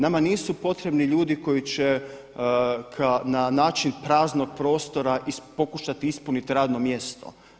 Nama nisu potrebni ljudi koji će na način praznog prostora pokušati ispunit radno mjesto.